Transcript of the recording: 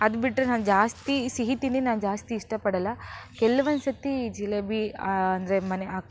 ಅದು ಬಿಟ್ಟರೆ ನಾನು ಜಾಸ್ತಿ ಸಿಹಿ ತಿಂಡಿ ನಾನು ಜಾಸ್ತಿ ಇಷ್ಟಪಡಲ್ಲ ಕೆಲವೊಂದು ಸತಿ ಜಿಲೇಬಿ ಅಂದರೆ ಮನೆ ಅಕ್